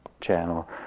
channel